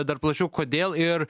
dar plačiau kodėl ir